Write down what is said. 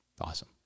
Awesome